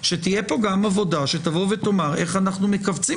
שתהיה פה גם עבודה שתבוא ותאמר איך אנחנו מכווצים